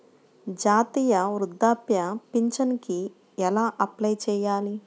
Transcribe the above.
జాతీయ వృద్ధాప్య పింఛనుకి ఎలా అప్లై చేయాలి?